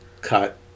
cut